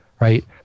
right